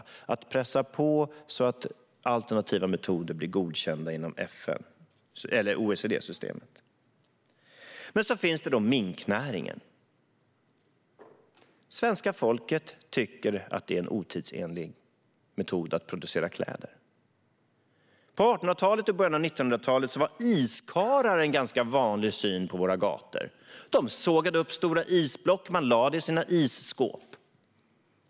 Det handlar om att pressa på så att alternativa metoder blir godkända inom OECD-systemet. Sedan finns minknäringen. Svenska folket tycker att det är en otidsenlig metod att producera kläder. På 1800-talet och i början av 1900-talet var iskarlar en ganska vanlig syn på våra gator. De sågade upp stora isblock, och man lade dem i sina isskåp.